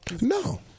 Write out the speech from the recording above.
No